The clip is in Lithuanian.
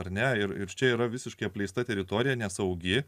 ar ne ir ir čia yra visiškai apleista teritorija nesaugi